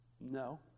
No